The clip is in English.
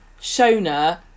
Shona